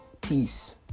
peace